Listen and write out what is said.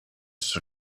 sur